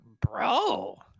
Bro